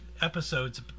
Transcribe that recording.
episodes